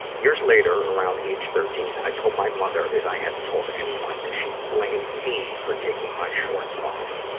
years later, around age thirteen, i told my mother, as i hadn't told anyone, and she blamed me for taking my shorts off.